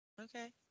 okay